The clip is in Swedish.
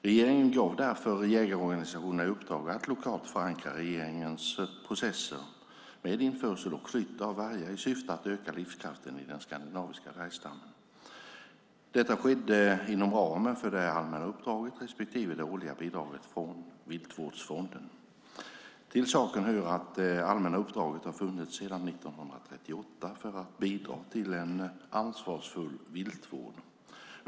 Regeringen gav därför jägarorganisationerna i uppdrag att lokalt förankra regeringens processer med införsel och flytt av vargar i syfte att öka livskraften i den skandinaviska vargstammen. Detta skedde inom ramen för det allmänna uppdraget respektive det årliga bidraget från Viltvårdsfonden. Till saken hör att det allmänna uppdraget har funnits sedan 1938 för att bidra till en ansvarsfull viltvård.